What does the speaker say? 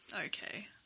Okay